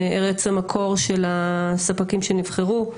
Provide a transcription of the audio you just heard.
ארץ המקור של הספקים שנבחרו,